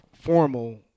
formal